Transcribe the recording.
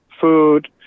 food